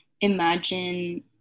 imagine